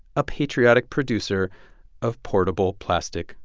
a patriotic producer of portable, plastic,